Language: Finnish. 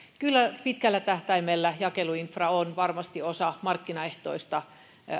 kyllä pitkällä tähtäimellä jakeluinfra on varmasti osa markkinaehtoista